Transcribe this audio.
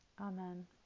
Amen